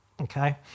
Okay